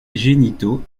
génitaux